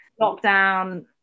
lockdown